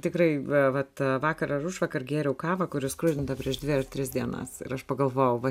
tikrai vat vakar ar užvakar gėriau kavą kuri skrudinta prieš dvi ar tris dienas ir aš pagalvojau va